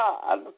God